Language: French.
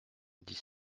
dix